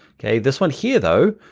okay? this one here though,